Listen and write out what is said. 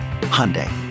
Hyundai